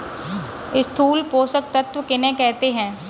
स्थूल पोषक तत्व किन्हें कहते हैं?